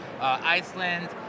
Iceland